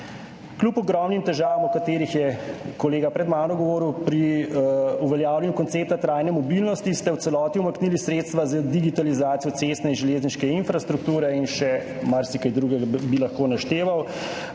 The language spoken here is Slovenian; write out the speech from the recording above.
Kljub ogromnim težavam, o katerih je kolega pred mano govoril, pri uveljavljanju koncepta trajne mobilnosti ste v celoti umaknili sredstva za digitalizacijo cestne in železniške infrastrukture. In še marsikaj drugega bi lahko našteval.